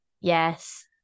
Yes